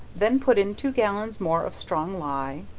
then put in two gallons more of strong ley,